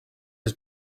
his